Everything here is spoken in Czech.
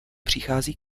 přichází